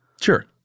Sure